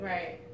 Right